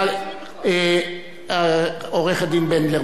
עורכת-דין בנדלר,